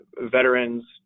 veterans